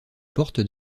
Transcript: portent